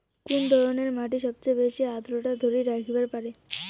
কুন ধরনের মাটি সবচেয়ে বেশি আর্দ্রতা ধরি রাখিবার পারে?